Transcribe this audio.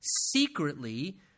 secretly